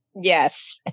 Yes